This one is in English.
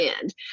end